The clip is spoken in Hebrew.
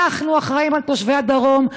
אנחנו אחראים על תושבי הדרום,